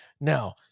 Now